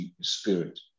Spirit